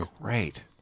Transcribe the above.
great